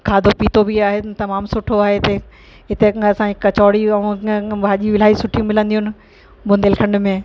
खादो पीतो बि आहे तमामु सुठो आहे हिते हिते असांजी कचौड़ी ऐं भाॼी इलाही सुठी मिलंदियूं आहिनि बुंदेलखंड में